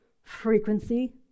frequency